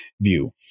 view